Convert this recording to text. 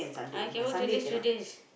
I can work three days three days